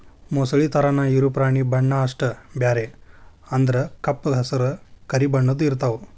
ಮೊಸಳಿ ತರಾನ ಇರು ಪ್ರಾಣಿ ಬಣ್ಣಾ ಅಷ್ಟ ಬ್ಯಾರೆ ಅಂದ್ರ ಕಪ್ಪ ಹಸರ, ಕರಿ ಬಣ್ಣದ್ದು ಇರತಾವ